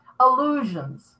illusions